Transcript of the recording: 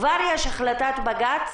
כבר יש החלטת בג"ץ,